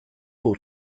cool